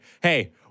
hey